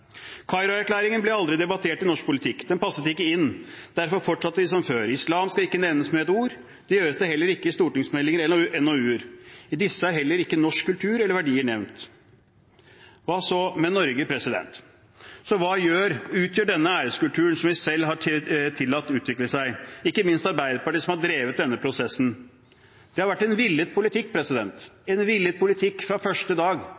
aldri debattert i norsk politikk. Den passet ikke inn. Derfor fortsatte vi som før: Islam skal ikke nevnes med et ord. Det gjøres heller ikke i stortingsmeldinger og NOU-er. I disse er heller ikke norsk kultur eller norske verdier nevnt. Hva så med Norge? Hva utgjør denne æreskulturen som vi selv har tillatt å utvikle seg, ikke minst Arbeiderpartiet, som har drevet denne prosessen? Det har vært en villet politikk, en villet politikk fra første dag